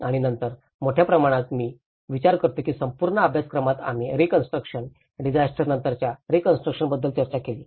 आणि नंतर मोठ्या प्रमाणात मी विचार करतो की संपूर्ण अभ्यासक्रमात आम्ही रिकन्स्ट्रक्शन डिझास्टर नंतरच्या रिकन्स्ट्रक्शनबद्दल चर्चा केली